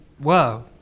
Wow